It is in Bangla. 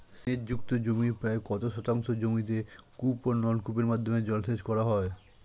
সেচ যুক্ত জমির প্রায় কত শতাংশ জমিতে কূপ ও নলকূপের মাধ্যমে জলসেচ করা হয়?